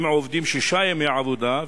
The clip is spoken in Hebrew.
הם עובדים שישה ימי עבודה,